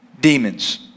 demons